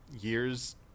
years